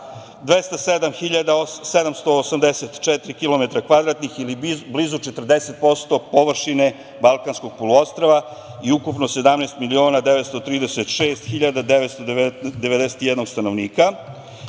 kvadratnih ili blizu 40% površine Balkanskog poluostrva i ukupno 17.936.991 stanovnika.